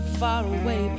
faraway